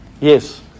Yes